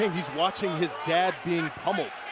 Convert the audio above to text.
he's watching his dad being pummeled.